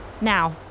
Now